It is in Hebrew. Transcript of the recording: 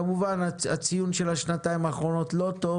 כמובן הציון של השנתיים האחרונות לא טוב